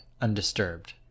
undisturbed